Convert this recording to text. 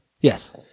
Yes